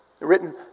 written